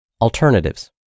Alternatives